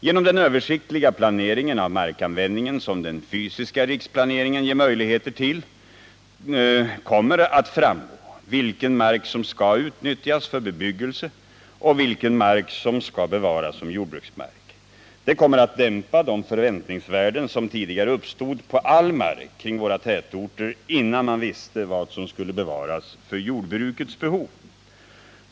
Genom den översiktliga planeringen av markanvändningen som den fysiska riksplaneringen ger möjligheter till kommer det att framgå vilken mark som skall utnyttjas för bebyggelse och vilken mark som skall bevaras som jordbruksmark. Det kommer att dämpa de förväntningsvärden som tidigare uppstod på all mark kring våra tätorter innan man visste vad som skulle bevaras för jordbrukets behov.